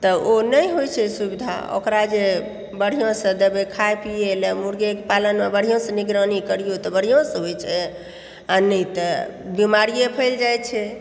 तऽ ओ नहि होइ छै सुविधा ओकरा जे बढ़िआँसँ देबै खाय पीए लअ मुर्गेके पालनमे बढ़िआँसँ निगरानी करियौ तऽ बढ़िआंसँ होइ छै आओर नहि तऽ बीमारिये फैल जाइ छै